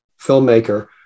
filmmaker